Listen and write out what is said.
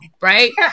right